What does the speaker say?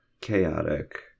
chaotic